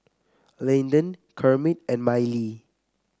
Landen Kermit and Mylie